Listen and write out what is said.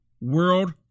world